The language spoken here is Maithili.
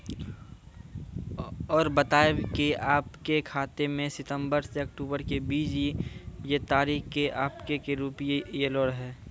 और बतायब के आपके खाते मे सितंबर से अक्टूबर के बीज ये तारीख के आपके के रुपिया येलो रहे?